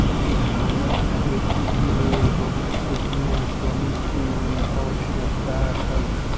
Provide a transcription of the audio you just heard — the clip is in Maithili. धानक खेतीक लेल बहुत क्षेत्र में श्रमिक के आवश्यकता छल